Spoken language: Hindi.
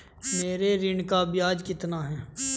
मेरे ऋण का ब्याज कितना है?